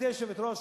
גברתי היושבת-ראש,